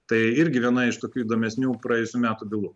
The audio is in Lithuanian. tai irgi viena iš tokių įdomesnių praėjusių metų bylų